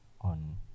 on